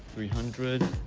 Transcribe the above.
three hundred.